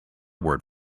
word